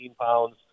pounds